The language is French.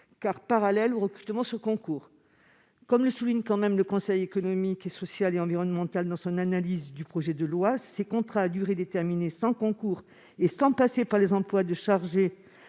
est parallèle au recrutement sur concours. Comme le souligne le Conseil économique, social et environnemental dans son analyse du projet de loi, ces contrats à durée déterminée sans concours, accordés sans passer par les emplois de chargé